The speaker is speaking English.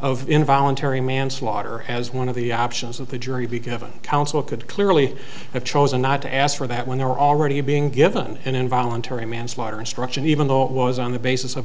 of involuntary manslaughter as one of the options of the jury be given counsel could clearly have chosen not to ask for that when they're already being given an involuntary manslaughter instruction even though it was on the basis of